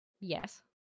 Yes